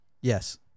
Yes